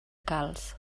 calç